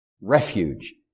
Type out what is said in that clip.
refuge